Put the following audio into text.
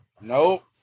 Nope